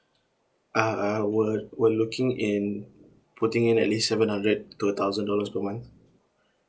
uh uh we're we're looking in putting in at least seven hundred to a thousand dollars per month